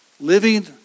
Living